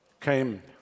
came